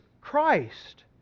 Christ